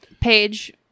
Page